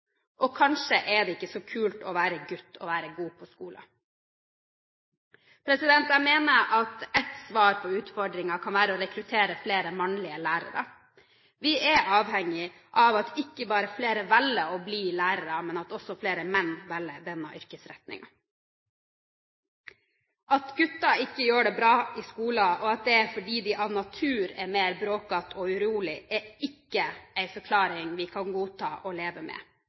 Kanskje er det ikke så kult å være gutt og være god på skolen. Jeg mener at ett svar på utfordringen kan være å rekruttere flere mannlige lærere. Vi er avhengig av at ikke bare flere velger å bli lærere, men også av at flere menn velger denne yrkesretningen. At gutter ikke gjør det bra i skolen, og at det er fordi de av natur er mer bråkete og urolige, er ikke en forklaring vi kan godta og leve med.